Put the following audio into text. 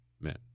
men